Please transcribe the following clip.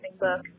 book